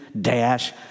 dash